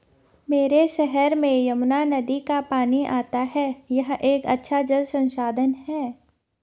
मेरे शहर में यमुना नदी का पानी आता है यह एक अच्छा जल संसाधन है